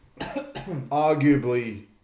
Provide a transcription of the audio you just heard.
arguably